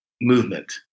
movement